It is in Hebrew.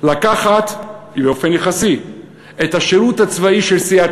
לקחת באופן יחסי את השירות הצבאי של סיעת